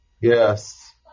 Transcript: Yes